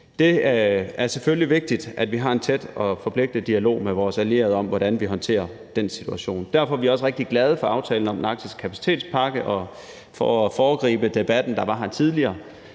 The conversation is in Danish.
Det er selvfølgelig vigtigt, at vi har en tæt og forpligtende dialog med vores allierede om, hvordan vi håndterer den situation. Derfor er vi også rigtig glade for aftalen om en arktisk kapacitetspakke, og for at foregribe debatten, der var her tidligere,